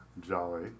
jolly